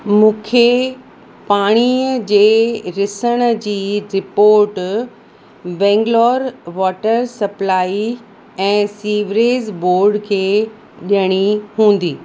मूंखे पाणीअ जे रिसण जी रिपोट बेंगलुरु वॉटर सप्लाई ऐं सीविरेज़ बोर्ड खे ॾियणी हूंदी